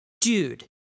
Dude